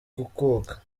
gukuka